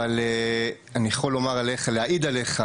אבל אני יכול להעיד עליך,